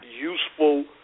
useful